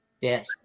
yes